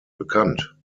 bekannt